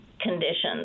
conditions